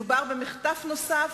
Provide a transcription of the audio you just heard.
מדובר במחטף נוסף,